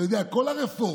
אתה יודע, כל הרפורמה